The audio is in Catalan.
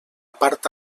part